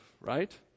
right